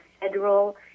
federal